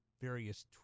various